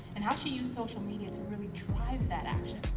and how she used social media to really drive that action.